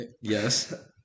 Yes